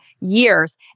years